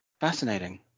Fascinating